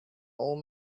old